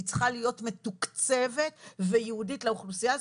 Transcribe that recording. היא צריכה להיות מתוקצבת וייעודית לאוכלוסייה הזאת.